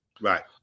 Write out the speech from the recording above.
Right